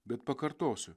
bet pakartosiu